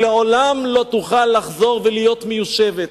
לעולם לא תוכל לחזור ולהיות מיושבת.